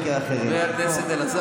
שיגיד את האמת.